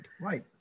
right